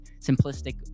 simplistic